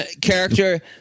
character